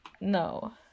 no